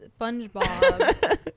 SpongeBob